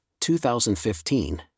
2015